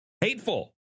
Hateful